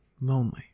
Lonely